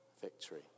victory